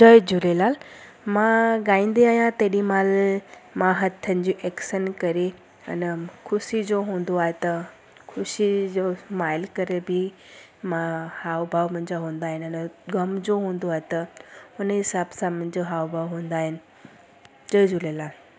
जय झूलेलाल मां ॻाईंदी आहियां तेॾीमहिल मां हथनि जी ऐक्सन करे अना ख़ुशी जो हूंदो आहे त ख़ुशी जो स्माइल करे बि मां हाव भाव मुंहिंजा हूंदा आहिनि अना ग़म जो हूंदो आहे त उन हिसाब सां मुंहिंजो हाव भाव हूंदा आहिनि जय झूलेलाल